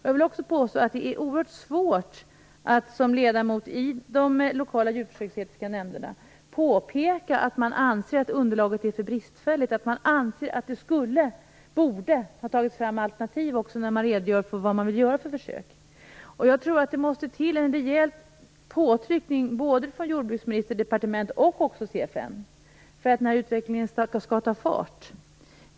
Jag vill också påstå att det är oerhört svårt att som ledamot i de lokala djurförsöksetiska nämnderna påpeka att underlaget är bristfälligt, att det skulle, borde ha tagits fram alternativ när man redogör för vad man vill göra för försök. Jag tror att det måste till en rejäl påtryckning både från Jordbruksdepartementet och från CFN för att den här utvecklingen skall ta fart.